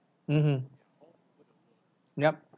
mmhmm yup